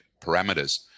parameters